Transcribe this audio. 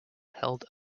held